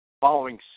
following